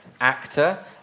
actor